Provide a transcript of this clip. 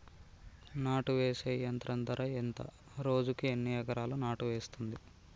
నాటు వేసే యంత్రం ధర ఎంత రోజుకి ఎన్ని ఎకరాలు నాటు వేస్తుంది?